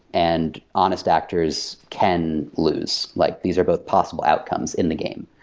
and honest actors can lose. like these are both possible outcomes in the game.